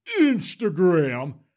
Instagram